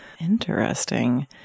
Interesting